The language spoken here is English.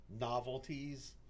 novelties